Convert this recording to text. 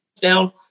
down